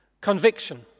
Conviction